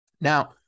Now